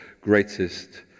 greatest